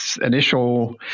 initial